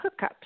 hookups